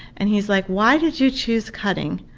and he's like why did you choose cutting?